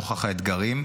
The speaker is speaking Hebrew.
נוכח האתגרים,